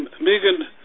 Megan